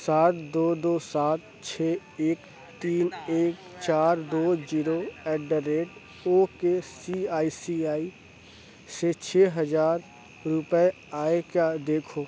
سات دو دو سات چھ ایک تین ایک چار دو zero eight the rate okay C I C I سے چھ ہزار روپیے آئے کیا دیکھو